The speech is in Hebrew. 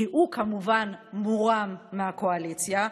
כי הוא כמובן מורם מהקואליציה,